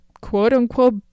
quote-unquote